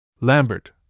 Lambert